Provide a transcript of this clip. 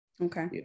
okay